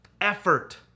effort